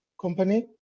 company